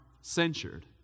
censured